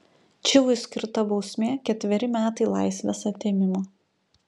čivui skirta bausmė ketveri metai laisvės atėmimo